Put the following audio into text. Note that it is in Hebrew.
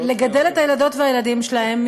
לגדל את הילדות והילדים שלהם,